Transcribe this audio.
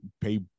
pay